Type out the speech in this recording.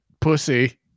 pussy